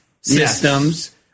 systems